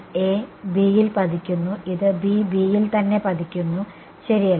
A B യിൽ പതിക്കുന്നു ഇത് B Bയിൽ തന്നെ പതിക്കുന്നു ശരിയല്ലേ